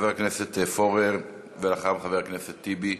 חבר הכנסת פורר, ואחריו, חבר הכנסת טיבי,